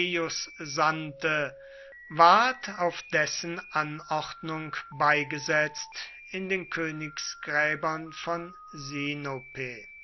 ward auf dessen anordnung beigesetzt in den königsgräbern von